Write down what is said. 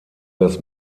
das